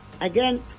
Again